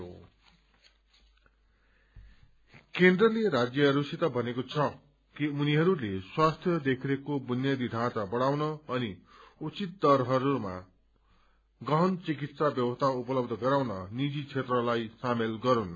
private hospital केन्द्रले राज्यहरूसित भनेको छ कि उनीहरूले स्वास्थ्य देखरेखको बुनियादी ढाँचा बढ़ाउन अनि उचित दरहरूमा गहन चिकित्सा व्यवस्था उपलब्ध गराउन निजी क्षेत्रलाई सामेल गरून्